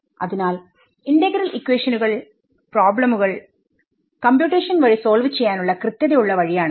അതിനാൽ ഇന്റഗ്രൽ ഇക്വേഷനുകൾപ്രോബ്ലമുകൾ കമ്പ്യൂട്ടേഷൻ വഴി സോൾവ് ചെയ്യാനുള്ള കൃത്യത യുള്ള വഴിയാണ്